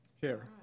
Chair